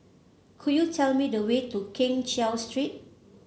could you tell me the way to Keng Cheow Street